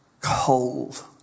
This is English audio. cold